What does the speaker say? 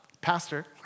Pastor